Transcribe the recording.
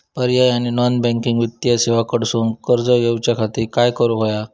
पर्यायी किंवा non banking वित्तीय सेवा कडसून कर्ज घेऊच्या खाती काय करुक होया?